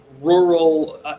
rural